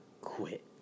quit